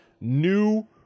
New